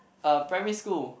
uh primary school